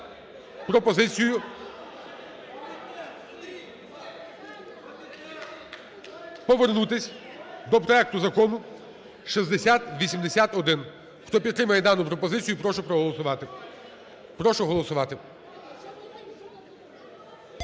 пропозицію повернутись до проекту Закону 6081. Хто підтримує дану пропозицію, прошу проголосувати. Прошу голосувати.